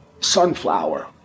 sunflower